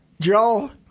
Joe